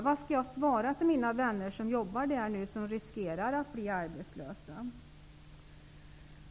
Vad skall jag svara mina vänner som jobbar där och som nu riskerar att bli arbetslösa?